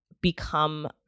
become